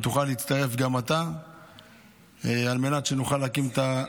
ותוכל להצטרף גם אתה על מנת שנוכל להקים את,